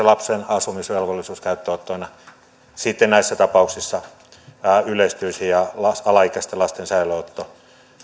lapsen asumisvelvollisuuden käyttöönotto sitten näissä tapauksissa yleistyisi ja alaikäisten lasten säilöönotto